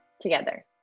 together